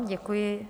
Děkuji.